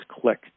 click